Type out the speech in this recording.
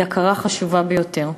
היא הכרה חשובה ביותר.